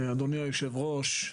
אדוני היושב-ראש,